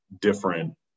different